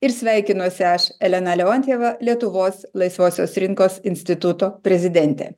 ir sveikinuosi aš elena leontjeva lietuvos laisvosios rinkos instituto prezidentė